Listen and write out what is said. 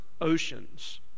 oceans